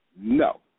no